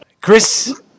Chris